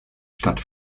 stadt